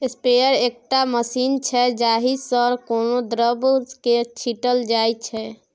sprayer एकटा machine छै जाहि सँ कोनो द्रब केँ छीटल जाइ छै